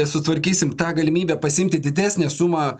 sutvarkysim tą galimybę pasiimti didesnę sumą